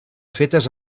fetes